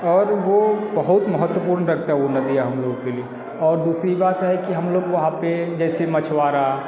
और वो बहुत महत्वपूर्ण लगता है वो नदियाँ हम लोगो के लिए और दूसरी बात है कि हम लोग वहाँ पे जैसे मछुआरे